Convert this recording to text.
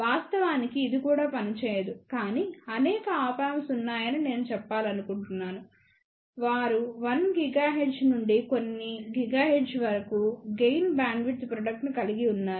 వాస్తవానికి ఇది కూడా పనిచేయదు కానీ అనేక ఆప్ యాంప్స్ ఉన్నాయని నేను చెప్పాలనుకుంటున్నాను వారు 1 GHz నుండి కొన్ని GHz వరకు గెయిన్ బ్యాండ్ విడ్త్ ప్రోడక్ట్ ని కలిగి ఉన్నారు